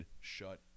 shut